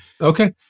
Okay